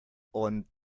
und